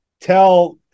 tell